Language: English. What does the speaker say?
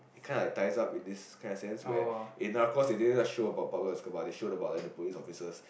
it kinda ties up in this kinda sense where in Narcis they didn't just show about Pablo Escobar they showed about like the police officers